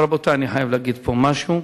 אבל, רבותי, אני חייב להגיד פה משהו.